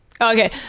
Okay